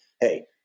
hey